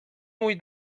mój